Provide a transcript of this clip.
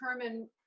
determine